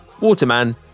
waterman